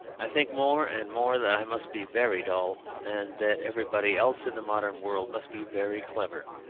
i think more and more that i must be very dull, and that everybody else in the modern world must be very clever.